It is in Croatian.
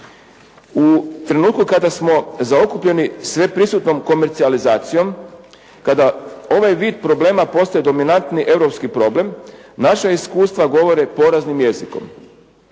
U trenutku kada smo zaokupljeni sveprisutnom komercijalizacijom, kada ovaj vid problema postaje dominantni europski problem, naša iskustva govore poraznim jezikom.